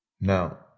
Now